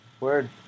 word